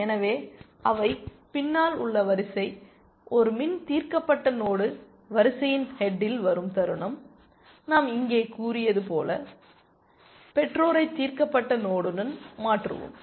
எனவே அவை பின்னால் உள்ள வரிசை ஒரு மின் தீர்க்கப்பட்ட நோடு வரிசையின் ஹெட்டில் வரும் தருணம் நாம் இங்கே கூறியது போல பெற்றோரை தீர்க்கப்பட்ட நோடுடன் மாற்றுவோம்